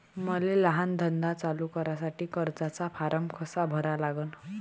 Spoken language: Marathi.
मले लहान धंदा चालू करासाठी कर्जाचा फारम कसा भरा लागन?